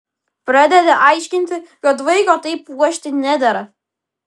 pradedi aiškinti kad vaiko taip puošti nedera